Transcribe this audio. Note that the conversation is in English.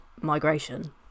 migration